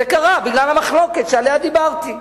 זה קרה בגלל המחלוקת שדיברתי עליה.